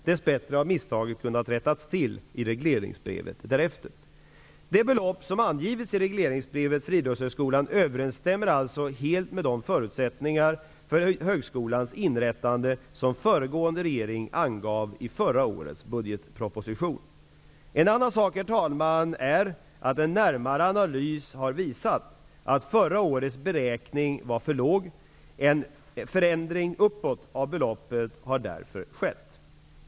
Dess bättre har misstaget rättats till i regleringsbrevet. Idrottshögskolan överensstämmer helt med de förutsättningar för Idrottshögskolans inrättande som föregående regering angav i förra årets budgetproposition. En annan sak är att en närmare analys har visat att förra årets beräkningar var för låga. En justering uppåt av beloppet har därför skett.